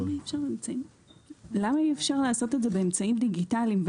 למה אי אפשר לעשות את זה באמצעים דיגיטליים?